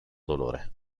dolore